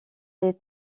les